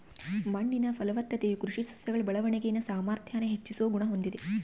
ಮಣ್ಣಿನ ಫಲವತ್ತತೆಯು ಕೃಷಿ ಸಸ್ಯಗಳ ಬೆಳವಣಿಗೆನ ಸಾಮಾರ್ಥ್ಯಾನ ಹೆಚ್ಚಿಸೋ ಗುಣ ಹೊಂದಿದೆ